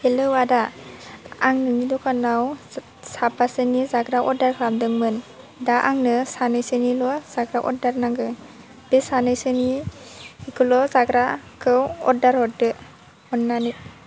hello आदा आं नोंनि द'खानाव साबासोनि जाग्रा अर्डार खालामदोंमोन दा आंनो सानैसोनिल' जाग्रा अर्डार नांगो बे सानैसोनि बेखौल' जाग्राखौ अर्डार हरदो अन्नानै